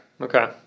okay